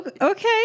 Okay